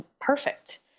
perfect